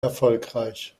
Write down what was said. erfolgreich